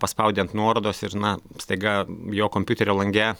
paspaudė ant nuorodos ir na staiga jo kompiuterio lange